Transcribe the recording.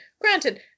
granted